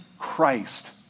Christ